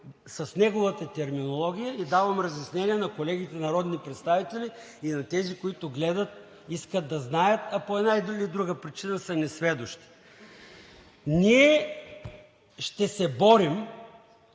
с неговата терминология и давам разяснения на колегите народни представители, и на тези, които гледат и искат да знаят, а по една или друга причина са несведущи, ние ще се борим